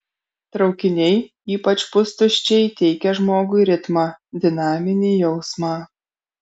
traukiniai ypač pustuščiai teikia žmogui ritmą dinaminį jausmą